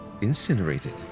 incinerated